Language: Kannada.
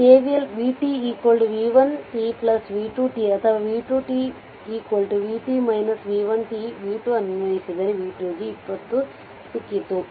KVL vt v1 t v2 t ಅಥವಾ v2 t vt v1 t v2 ಅನ್ವಯಿಸಿದರೆ v2 ಗೆ 20 ಸಿಕ್ಕಿತು